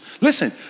listen